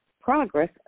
progress